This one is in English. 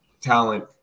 talent